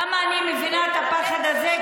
אתם יודעים למה, למה אני מבינה את הפחד הזה?